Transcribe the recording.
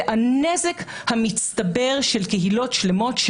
הנזק המצטבר של קהילות שלמות,